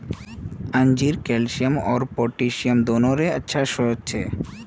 अंजीर कैल्शियम आर पोटेशियम दोनोंरे अच्छा स्रोत छे